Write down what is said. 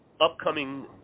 upcoming